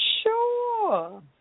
Sure